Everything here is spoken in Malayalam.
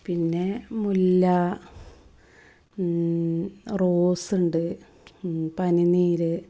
പിന്നേ മുല്ല റോസ് ഉണ്ട് പനിനീര്